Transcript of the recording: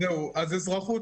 אזרחות,